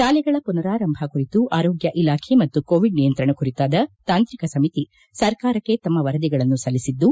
ಶಾಲೆಗಳ ಮನರಾರಂಭ ಕುರಿತು ಆರೋಗ್ಡ ಇಲಾಖೆ ಮತ್ತು ಕೋವಿಡ್ ನಿಯಂತ್ರಣ ಕುರಿತಾದ ತಾಂತ್ರಿಕ ಸಮಿತಿ ಸರ್ಕಾರಕ್ಕೆ ತಮ್ಮ ವರದಿಗಳನ್ನು ಸಲ್ಲಿಸಿದ್ದು